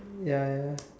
ya